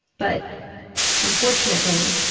but unfortunately,